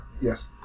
Yes